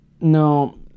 no